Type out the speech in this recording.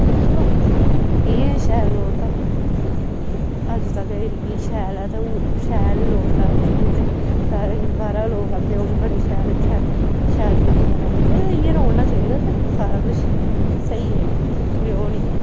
ते चलो एह् ऐ शैल लोड़दा अज्ज तक एह् शैल ऐ ते शैल ही लोड़दा अग्गें बी ते बाह्रा दे लोग आंदे ओह् बी बड़े शैल इत्थें शैल तरीके कन्नै रौंह्दे ते इ'यां रौह्ना चाहिदा ते सारा कुछ शैल स्हेई ऐ कोई ओह् निं ऐ